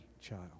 child